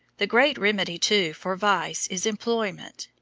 the great remedy, too, for vice is employment.